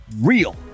real